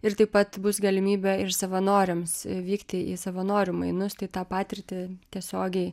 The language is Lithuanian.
ir taip pat bus galimybė ir savanoriams vykti į savanorių mainus tai tą patirtį tiesiogiai